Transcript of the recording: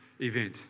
event